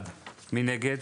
1 נגד,